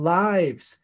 lives